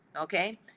Okay